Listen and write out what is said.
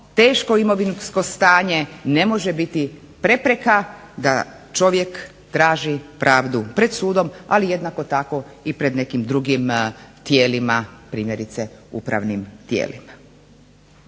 teško imovinsko stanje ne može biti prepreka da čovjek traži pravdu pred sudom, ali jednako tako i pred nekim drugim tijelima, primjerice upravnim tijelima.